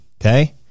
Okay